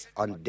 on